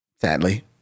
sadly